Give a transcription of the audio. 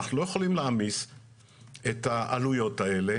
אנחנו לא יכולים להעמיס את העלויות האלה,